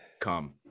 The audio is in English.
come